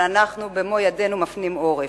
אבל אנחנו במו-ידינו מפנים עורף.